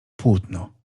płótno